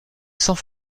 sans